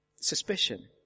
suspicion